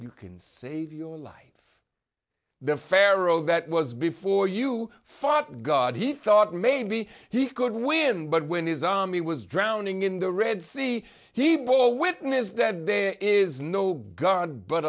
you can save your life the pharaoh that was before you fought god he thought maybe he could win but when his army was drowning in the red sea he bore witness that there is no god but